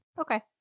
Okay